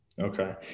Okay